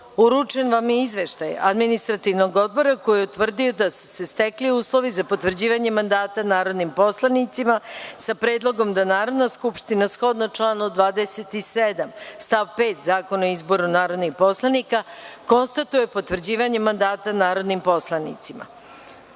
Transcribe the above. uručen vam je izveštaj Administrativnog odbora koji je utvrdio da su se stekli uslovi za potvrđivanje mandata narodnim poslanicima, sa predlogom da Narodna skupština, shodno članu 27. stav 5. Zakona o izboru narodnih poslanika, konstatuje potvrđivanje mandata narodnim poslanicima: